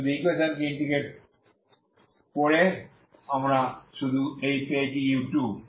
শুধু ইকুয়েশন কে ইন্টিগ্রেট করে আমরা শুধু এই পেয়েছিu2